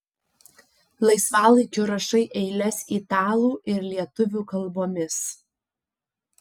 laisvalaikiu rašai eiles italų ir lietuvių kalbomis